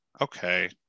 Okay